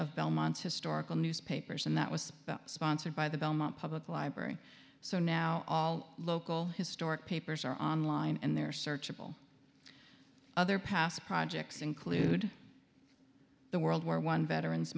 of belmont historical newspapers and that was sponsored by the belmont public library so now all local historic papers are online and they're searchable other past projects include the world war one veterans